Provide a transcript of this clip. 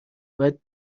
باید